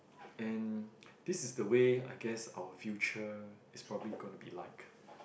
and this is the way I guess our future is probably gonna be like